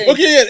Okay